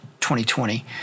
2020